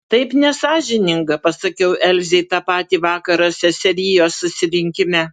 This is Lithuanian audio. taip nesąžininga pasakiau elzei tą patį vakarą seserijos susirinkime